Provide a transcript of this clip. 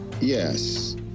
Yes